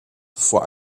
vor